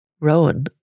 Rowan